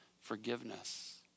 forgiveness